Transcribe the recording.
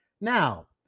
Now